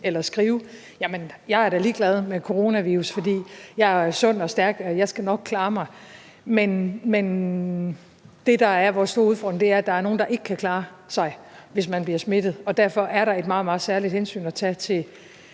eller skrive: Jamen jeg er da ligeglad med coronavirus, for jeg er sund og stærk, og jeg skal nok klare mig. Men det, der er vores store udfordring, er, at der er nogle, der ikke kan klare sig, hvis de bliver smittet, og derfor er der et meget, meget særligt hensyn at tage til